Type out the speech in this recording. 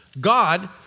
God